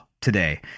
today